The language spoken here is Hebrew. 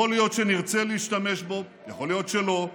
יכול להיות שנרצה להשתמש בו, יכול להיות שלא,